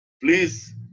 Please